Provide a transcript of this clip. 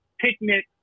picnic